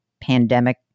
pandemic